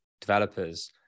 developers